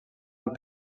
amb